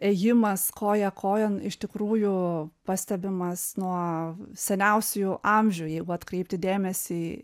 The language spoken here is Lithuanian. ėjimas koja kojon iš tikrųjų pastebimas nuo seniausių jų amžių jeigu atkreipti dėmesį į